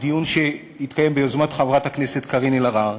בדיון שהתקיים ביוזמת חברת הכנסת קארין אלהרר,